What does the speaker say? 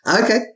Okay